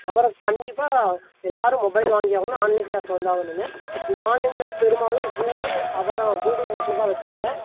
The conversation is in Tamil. அப்புறம் கண்டிப்பாக எல்லாேரும் மொபைல் வாங்கியாகணும் ஆன்லைன் கிளாஸ் வந்தாகணுமென்னு இந்த ஆன்லைன் கிளாஸ் பெரும்பாலும் ஸூமு அப்புறம் கூகுள் மீட்டில் தான் வைச்சாங்க